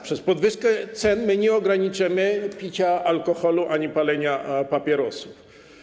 Przez podwyżkę cen nie ograniczymy picia alkoholu ani palenia papierosów.